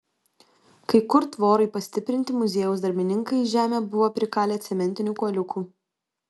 kai kur tvorai pastiprinti muziejaus darbininkai į žemę buvo prikalę cementinių kuoliukų